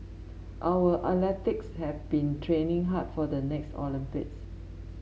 our athletes have been training hard for the next Olympics